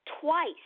twice